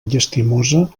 llastimosa